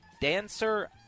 Dancer